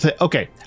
Okay